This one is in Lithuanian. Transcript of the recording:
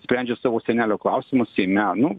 sprendžia savo senelio klausimus seime nu